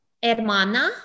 hermana